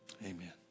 Amen